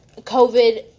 covid